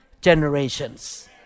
generations